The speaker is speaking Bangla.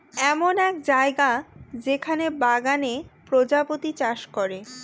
এমন এক জায়গা যেখানে বাগানে প্রজাপতি চাষ করে